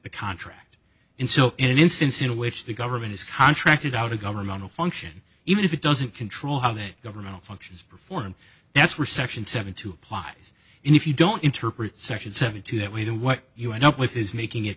the contract in so in an instance in which the government is contracted out a governmental function even if it doesn't control how they governmental functions perform that's where section seven to apply and if you don't interpret section seventy two that we do what you end up with is making it